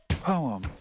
Poem